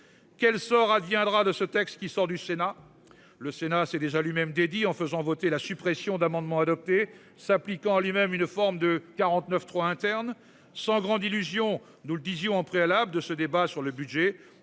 Quel sort adviendra de ce texte qui sort du Sénat, le Sénat c'est déjà lui-même dédie en faisant voter la suppression d'amendements adoptés s'appliquant à lui-même une forme de 49.3 interne sans grande illusion. Nous le disions en préalable de ce débat sur le budget.